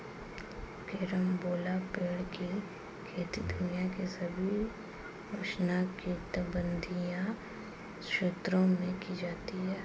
carambola पेड़ की खेती दुनिया के सभी उष्णकटिबंधीय क्षेत्रों में की जाती है